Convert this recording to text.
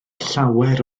llawer